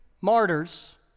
martyrs